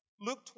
Luke